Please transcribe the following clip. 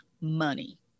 money